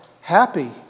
happy